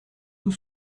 tout